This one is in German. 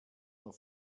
nur